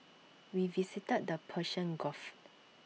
we visited the Persian gulf